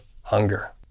Hunger